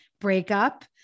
breakup